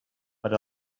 per